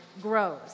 grows